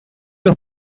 los